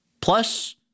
plus